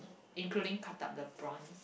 including cut up the prawns